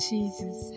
Jesus